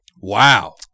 Wow